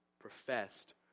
professed